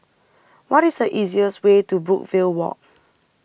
what is the easiest way to Brookvale Walk